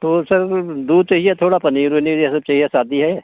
तो सर दूध चाहिए थोड़ा पनीर वनीर ये सब चाहिए शादी है